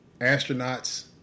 astronauts